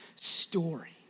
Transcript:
Story